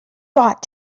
got